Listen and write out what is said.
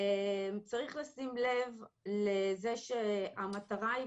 צריך לשים לב לזה שהמטרה היא,